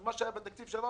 אלא ממה שהיה בתקציב שם.